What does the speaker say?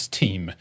team